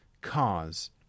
cause